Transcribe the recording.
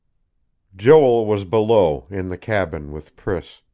joel was below, in the cabin with priss,